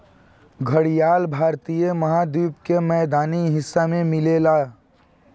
घड़ियाल भारतीय महाद्वीप के मैदानी हिस्सा में मिलेला